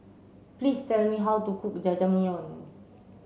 please tell me how to cook Jajangmyeon